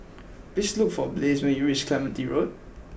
please look for Blaze when you reach Clementi Road